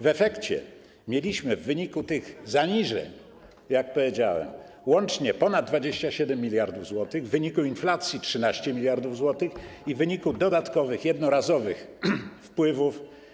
W efekcie mieliśmy w wyniku tych zaniżeń, jak powiedziałem, łącznie ponad 27 mld zł, w wyniku inflacji - 13 mld zł i w wyniku dodatkowych, jednorazowych wpływów.